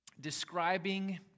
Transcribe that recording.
describing